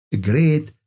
great